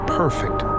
perfect